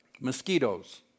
Mosquitoes